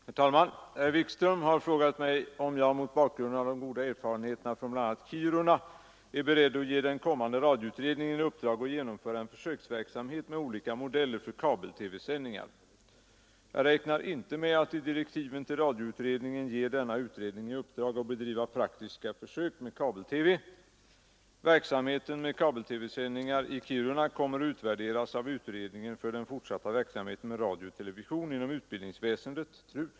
Herr talman! Herr Wikström har frågat mig om jag — mot bakgrund av de goda erfarenheterna från bl.a. Kiruna — är beredd att ge den kommande radioutredningen i uppdrag att genomföra en försöksverksamhet med olika modeller för kabel-TV-sändningar. Jag räknar inte med att i direktiven till radioutredningen ge denna utredning i uppdrag att bedriva praktiska försök med kabel-TV. Verksamheten med kabel-TV-sändningar i Kiruna kommer att utvärderas av utredningen för den fortsatta verksamheten med radio och television inom utbildningsväsendet .